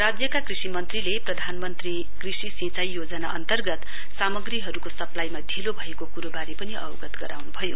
राज्यका कृषि मन्त्रीले प्रधानमन्त्री कृषि सिंचाई योजना अन्तर्गत सामग्रीहरूको सप्लाइमा ढीलो भएको कुरोबारे अवगत गराउनु भयो